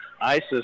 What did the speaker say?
Isis